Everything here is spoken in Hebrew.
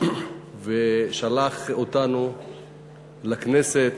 ושלח אותנו לכנסת,